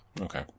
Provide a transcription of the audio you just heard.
Okay